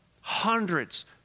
Hundreds